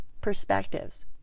perspectives